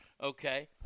okay